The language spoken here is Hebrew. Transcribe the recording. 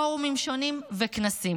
לפורומים שונים וכנסים.